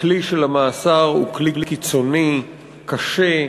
הכלי של מאסר הוא כלי קיצוני, קשה,